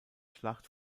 schlacht